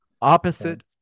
Opposite